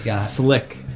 Slick